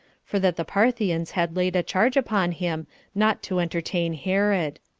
for that the parthians had laid a charge upon him not to entertain herod.